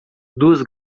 duas